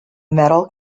metal